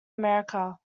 america